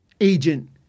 Agent